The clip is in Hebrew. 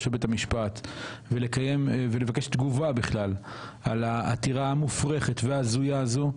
של בית המשפט ולבקש תגובה על העתירה המופרכת וההזויה הזו.